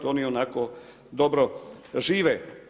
Oni i onako dobro žive.